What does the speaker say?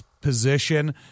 position –